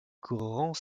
grands